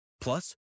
Plus